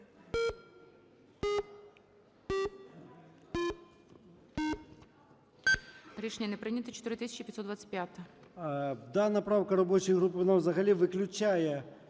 Рішення не прийнято. 4525-а.